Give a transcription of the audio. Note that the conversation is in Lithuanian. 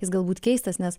jis galbūt keistas nes